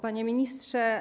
Panie Ministrze!